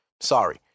Sorry